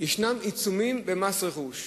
יש עיצומים במס רכוש.